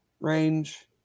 range